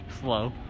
slow